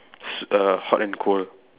su err hot and cold